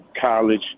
college